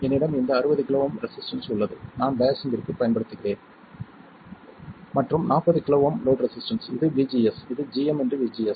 என்னிடம் இந்த 60 kΩ resistance உள்ளது நான் பயாஸிங்கிற்கு பயன்படுத்துகிறேன் மற்றும் 40 kΩ லோட் ரெசிஸ்டன்ஸ் இது vGS இது gmvGS